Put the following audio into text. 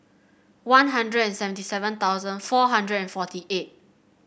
One Hundred and seventy seven thousand four hundred and forty eight